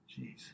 Jeez